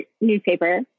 newspaper